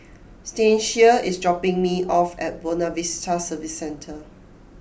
Stasia is dropping me off at Buona Vista Service Centre